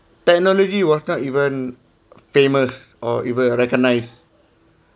technology was not even famous or even recognized